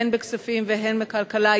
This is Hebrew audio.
הן בכספים והן בכלכלה,